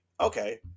Okay